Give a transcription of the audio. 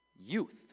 youth